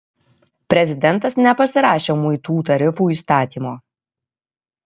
prezidentas nepasirašė muitų tarifų įstatymo